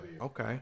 Okay